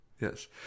Yes